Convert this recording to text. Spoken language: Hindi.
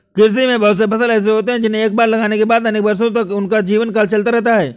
कृषि में बहुत से फसल ऐसे होते हैं जिन्हें एक बार लगाने के बाद अनेक वर्षों तक उनका जीवनकाल चलता रहता है